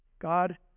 God